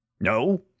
No